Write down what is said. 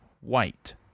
White